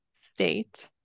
state